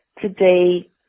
today